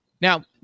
now